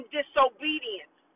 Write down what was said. disobedience